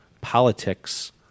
politics